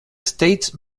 state